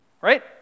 Right